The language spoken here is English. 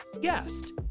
guest